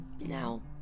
Now